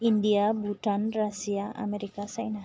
India Bhutan Russia America China